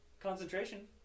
Concentration